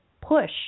push